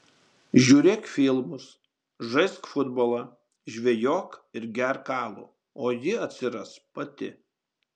žiūrėk filmus žaisk futbolą žvejok ir gerk alų o ji atsiras pati